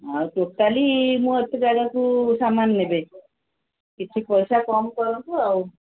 ଆଉ ଟୋଟାଲି ମୁଁ ଏତେ ଜାଗାକୁ ସାମାନ୍ ନେବେ କିଛି ପଇସା କମ୍ କରନ୍ତୁ ଆଉ